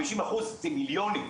חמישים אחוז זה מיליונים.